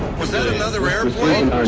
was that another airplane?